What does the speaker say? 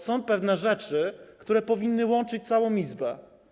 Są pewne rzeczy, które powinny łączyć całą Izbę.